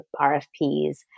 RFPs